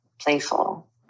playful